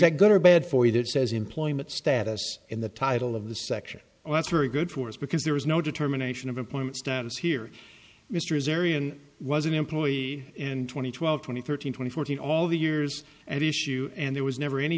that good or bad for you that says employment status in the title of the section well that's very good for us because there is no determination of employment status here mr is arean was an employee and twenty twelve twenty thirteen twenty fourteen all the years at issue and there was never any